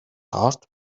heart